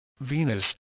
Venus